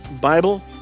Bible